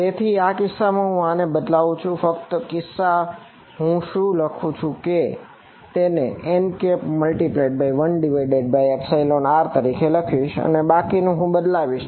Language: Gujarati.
તેથી તે કિસ્સામાં હું આને બદલાવું છું ફક્ત આ કિસ્સામાં હું શું લખું છું કે હું તેને n×1r તરીકે લખીશ અને બાકીનું હું બદલાવીશ